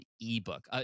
ebook